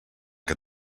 que